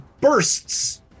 bursts